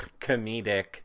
Comedic